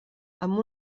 amb